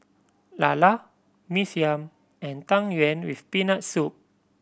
lala Mee Siam and Tang Yuen with Peanut Soup